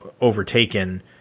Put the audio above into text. overtaken